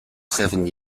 seven